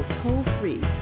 toll-free